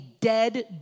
dead